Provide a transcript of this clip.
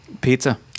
pizza